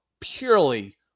purely